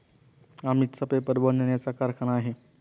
अमितचा पेपर बनवण्याचा कारखाना आहे